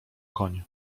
koń